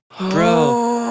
Bro